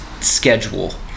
schedule